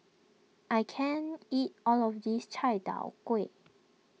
I can't eat all of this Chai Tow Kway